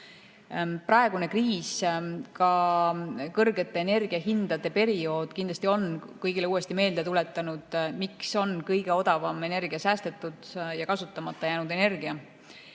Praegune kriis, ka kõrgete energiahindade periood kindlasti on kõigile uuesti meelde tuletanud, miks on kõige odavam energia säästetud ja kasutamata jäänud energia.